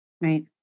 Right